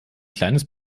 kleines